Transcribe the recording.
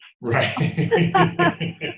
Right